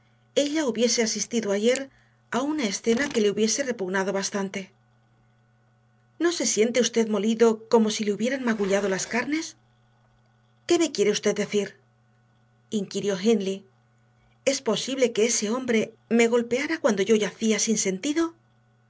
ella hubiese asistido ayer a una escena que le hubiese repugnado bastante no se siente usted molido como si le hubieran magullado las carnes qué me quiere usted decir inquirió hindley es posible que ese hombre me golpeara cuando yo yacía sin sentido